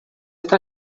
esta